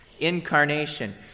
Incarnation